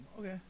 okay